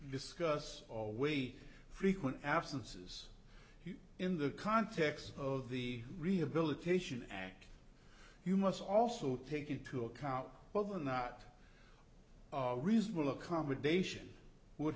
discuss away frequent absences in the context of the rehabilitation act you must also take into account whether or not reasonable accommodation would